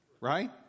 Right